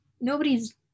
Nobody's